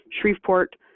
Shreveport